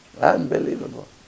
Unbelievable